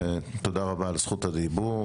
תודה רבה על זכות הדיבור.